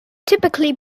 typically